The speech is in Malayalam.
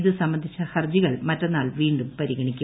ഇത് സംബന്ധിച്ച ഹർജികൾ മറ്റന്നാൾ വീണ്ടും പരിഗണിക്കും